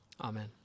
Amen